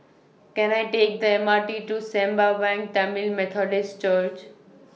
Can I Take The M R T to Sembawang Tamil Methodist Church